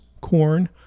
corn